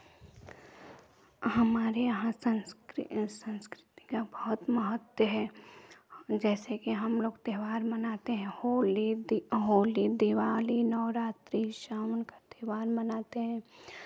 हमारे यहां संस्कृ संस्कृति का बहुत महत्व है जैसे कि हमलोग त्योहार मनाते हैं होली होली दिवाली नवरात्रि सावन का त्योहार मनाते हैं